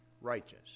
righteous